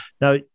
Now